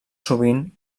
sovint